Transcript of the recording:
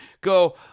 go